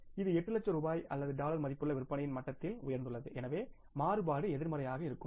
இது 8 லட்சம் ரூபாய் அல்லது டாலர் மதிப்புள்ள விற்பனையின் மட்டத்தில் உயர்ந்துள்ளது எனவே மாறுபாடு எதிர்மறையாக இருக்கும்